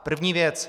První věc.